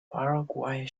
paraguay